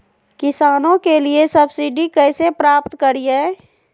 किसानों के लिए सब्सिडी कैसे प्राप्त करिये?